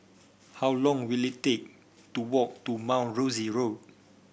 how long will it take to walk to Mount Rosie Road